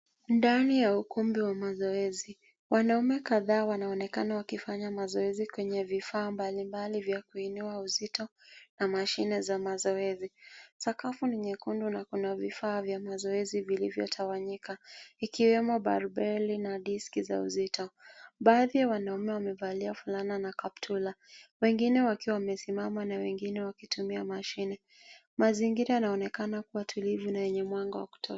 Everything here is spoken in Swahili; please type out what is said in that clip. Ndani ya ukumbi wa mazoezi wanaume kadhaa wanaonekana wakifanya mazoezi kwenye vifaa mbalimbali vya kuinua uzito na mashine za mazoezi. Sakafu ni nyekundu na kuna kifaa vya mazoezi vilivyotawanyika ikiwemo ball beli na diski za uzito. Baadhi ya wanaume wamevalia fulana na kaptula, wengine wakiwa wamesimama na wengine wakitumia mashini. Mazingira yanaonekana kuwa tulivu na yenye mwanga wa kutosha.